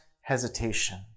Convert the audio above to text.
hesitation